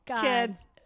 Kids